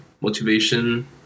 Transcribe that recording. motivation